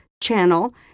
channel